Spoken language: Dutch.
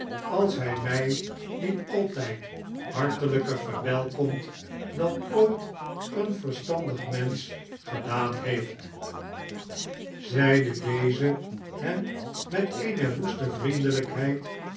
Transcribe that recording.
als hij mij met altijd hartelijker verwelkomt dan ooit een verstandig mensch gedaan heeft zeide deze hem met eene woeste vnendelijkheid